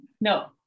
No